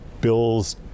bills